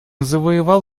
завоевал